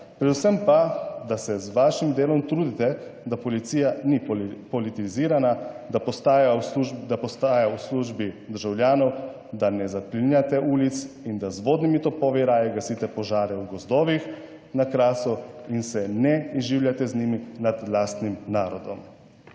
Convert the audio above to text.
Predvsem pa, da se z vašim delom trudite, da policija ni politizirana, da postaja v službi državljanov, da ne zaklinjate ulic in da z vodnimi topovi raje gasite požare v gozdovih na Krasu in se ne izživljate z njimi nad lastnim narodom.